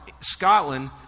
Scotland